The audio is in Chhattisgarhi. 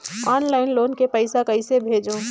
ऑनलाइन लोन के पईसा कइसे भेजों?